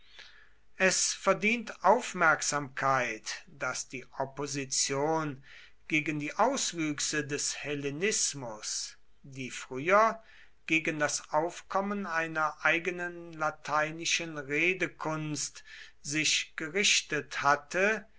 es verdient aufmerksamkeit daß die opposition gegen die auswüchse des hellenismus die früher gegen das aufkommen einer eigenen lateinischen redekunst sich gerichtet hatte